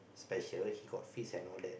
special he got fits and all that